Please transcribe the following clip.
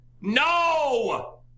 No